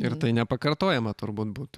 ir tai nepakartojama turbūt būtų